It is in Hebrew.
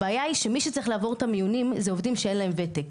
הבעיה היא שמי שצריך לעבור את המיונים אלו עובדים שאין להם ותק.